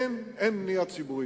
אין בנייה ציבורית.